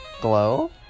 Glow